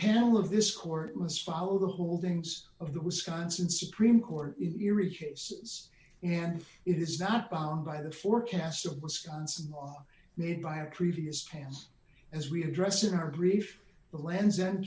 panel of this court was follow the holdings of the wisconsin supreme court in erie chases and it is not bound by the forecast of wisconsin law made by a previous plans as we address in our grief the land's end